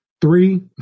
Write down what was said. Three